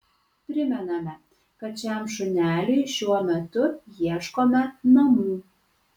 primename kad šiam šuneliui šiuo metu ieškome namų